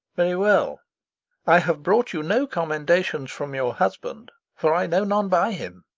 very well i have brought you no commendations from your husband, for i know none by him.